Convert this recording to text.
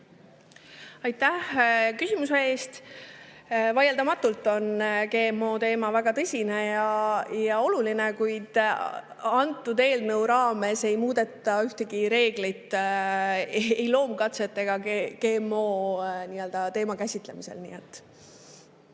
Aitäh küsimuse eest! Vaieldamatult on GMO teema väga tõsine ja oluline, kuid selle eelnõu raames ei muudeta ühtegi reeglit ei loomkatsete ega GMO‑de teema käsitlemisel.